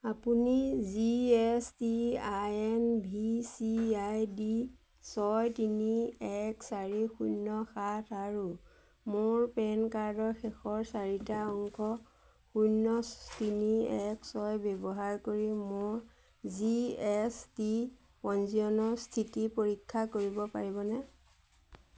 আপুনি G S T I N V C I D ছয় তিনি এক চাৰি শূন্য সাত আৰু মোৰ পেন কাৰ্ডৰ শেষৰ চাৰিটা অংক শূন্য তিনি এক ছয় ব্যৱহাৰ কৰি মোৰ জি এছ টি পঞ্জীয়নৰ স্থিতি পৰীক্ষা কৰিব পাৰিবনে